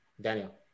Daniel